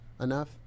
enough